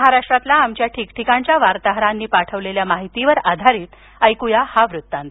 महाराष्ट्रातील आमच्या ठिकठिकाणच्या वार्ताहरांनी पाठवलेल्या माहितीवर आधारित हा वृत्तांत